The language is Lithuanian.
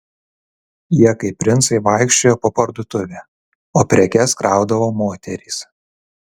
jie kaip princai vaikščiojo po parduotuvę o prekes kraudavo moterys